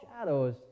shadows